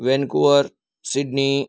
Vancouver Sydney